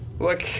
Look